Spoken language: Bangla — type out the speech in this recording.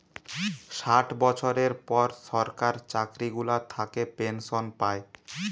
ষাট বছরের পর সরকার চাকরি গুলা থাকে পেনসন পায়